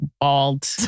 bald